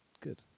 Good